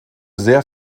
sehr